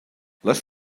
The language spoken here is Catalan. les